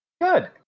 Good